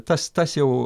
tas tas jau